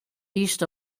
east